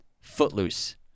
Footloose